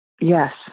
Yes